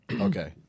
Okay